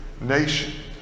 nation